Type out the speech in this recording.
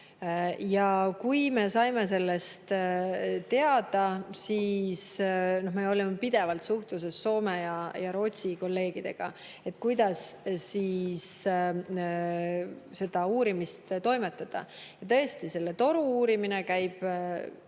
Kui me saime sellest teada, siis me olime pidevalt suhtluses Soome ja Rootsi kolleegidega, et kuidas seda uurimist toimetada. Tõesti, selle toru uurimine käib